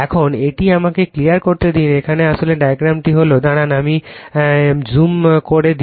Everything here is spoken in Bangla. এখন এটি আমাকে ক্লিয়ার করতে দিন এখন আসলে ডায়াগ্রামটি হল দাঁড়ান আমি জুম কমিয়ে দিই